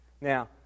Now